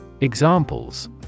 Examples